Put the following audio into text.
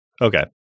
Okay